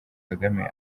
kagame